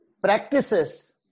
practices